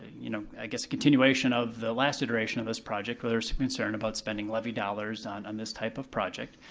you know, i guess a continuation of the last iteration of this project, where there was some concern about spending levy dollars on on this type of project.